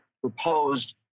proposed